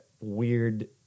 weird